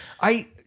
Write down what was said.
I-